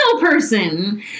person